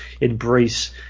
embrace